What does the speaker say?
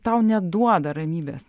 tau neduoda ramybės